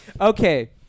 okay